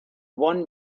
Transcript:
one